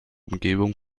umgebung